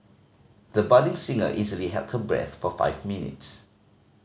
the budding singer easily held her breath for five minutes